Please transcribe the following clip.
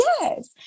Yes